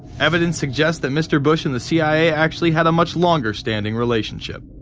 evidence suggests that mr. bush and the cia. actually had a much longer-standing relationship.